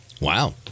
Wow